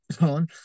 on